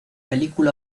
película